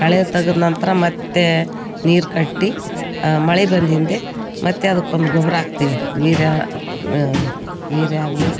ಕಳೆ ತೆಗದ್ ನಂತರ ಮತ್ತು ನೀರು ಕಟ್ಟಿ ಮಳೆ ಬಂದಿಂದೆ ಮತ್ತು ಅದ್ಕೊಂದು ಗೊಬ್ಬರ ಹಾಕ್ತಿವಿ ವೀರ್ಯ ವೀರ್ಯಾಗಲಿ